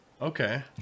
Okay